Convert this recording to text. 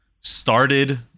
started